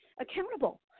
accountable